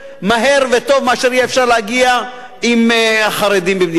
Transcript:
וטוב מאשר יהיה אפשר להגיע עם החרדים במדינת ישראל,